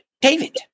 David